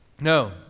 No